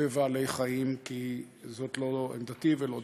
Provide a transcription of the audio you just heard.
בבעלי חיים, כי זו לא עמדתי ולא דעתי,